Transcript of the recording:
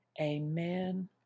Amen